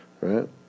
right